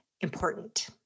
important